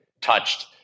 touched